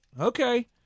Okay